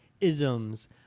isms